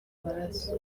amaraso